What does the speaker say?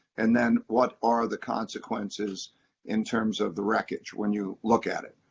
and then what are the consequences in terms of the wreckage, when you look at it?